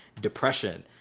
depression